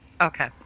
Okay